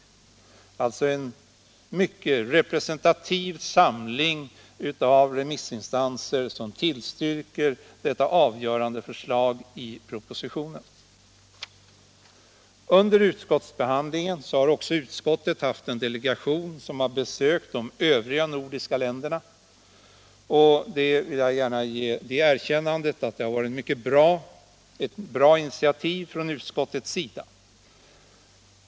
Det är alltså en mycket representativ samling av remissinstanser som tillstyrker detta avgörande förslag i propositionen. Under utskottsbehandlingen har utskottet haft en delegation som besökt de övriga nordiska länderna, och jag vill gärna ge det erkännandet att detta har varit ett bra initiativ från utskottets sida.